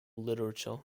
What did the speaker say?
literature